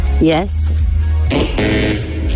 Yes